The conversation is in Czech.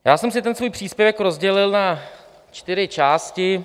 Já jsem si ten svůj příspěvek rozdělil na čtyři části.